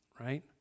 right